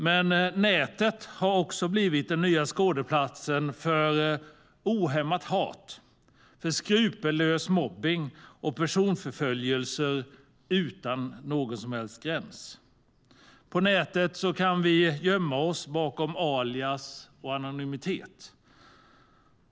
Men nätet har också blivit den nya skådeplatsen för ohämmat hat, skrupelfri mobbning och personförföljelser utan någon som helst gräns. På nätet kan vi gömma oss bakom alias och anonymitet.